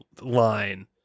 line